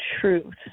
truth